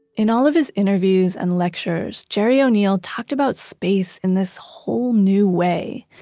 in all of his interviews and lectures, gerry o'neill talked about space in this whole new way.